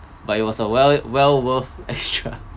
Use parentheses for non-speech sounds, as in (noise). but it was a well well worth extra (laughs)